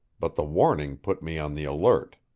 but the warning put me on the alert.